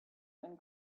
and